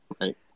Right